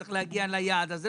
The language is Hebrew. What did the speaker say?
שצריך להגיע ליעד הזה,